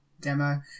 demo